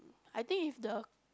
I think if the